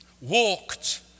walked